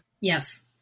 Yes